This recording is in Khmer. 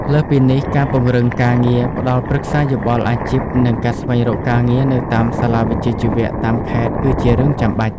លើសពីនេះ ការពង្រឹងការងារផ្តល់ប្រឹក្សាយោបល់អាជីពនិងការស្វែងរកការងារនៅតាមសាលាវិជ្ជាជីវៈតាមខេត្តគឺជារឿងចាំបាច់។